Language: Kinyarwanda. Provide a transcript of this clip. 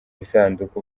isanduku